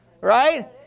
Right